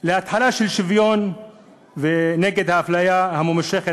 התחלה של שוויון ונגד האפליה הממושכת